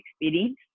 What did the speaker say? experience